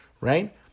right